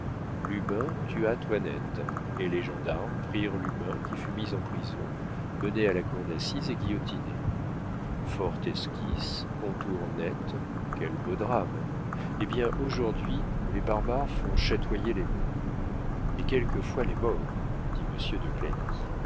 lubin tua toinette et les gendarmes prirent lubin qui fut mis en prison mené à la cour d'assises et guillotiné forte esquisse contour net quel beau drame eh bien aujourd'hui les barbares font chatoyer les mots et quelquefois les morts dit